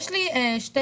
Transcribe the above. לי שתי